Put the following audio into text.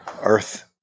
earth